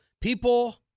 people